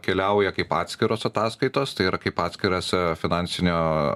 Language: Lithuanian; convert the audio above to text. keliauja kaip atskiros ataskaitos tai yra kaip atskiras finansinio